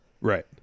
Right